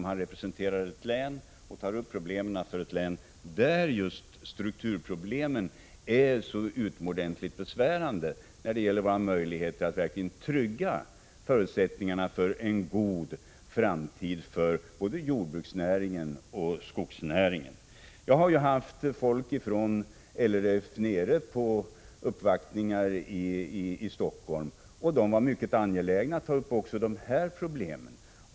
Han representerar ju och tar upp problemen i ett län där strukturproblemen är utomordentligt besvärande för våra möjligheter att verkligen trygga förutsättningarna för en god framtid för både jordbruksnäringen och skogsnäringen. Folk från LRF har kommit ned och gjort uppvaktningar hos mig i Helsingfors. De var mycket angelägna om att även ta upp dessa problem.